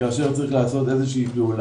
כאשר צריך לעשות פעולה